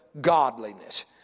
godliness